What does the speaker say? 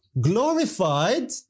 glorified